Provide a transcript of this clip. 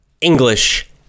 English